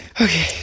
Okay